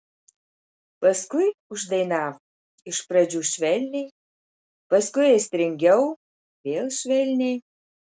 paskui uždainavo iš pradžių švelniai paskui aistringiau vėl švelniai